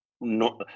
no